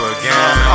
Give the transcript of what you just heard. again